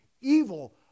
evil